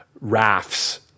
rafts